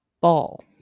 Ball